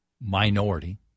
minority